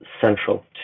central